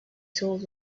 soul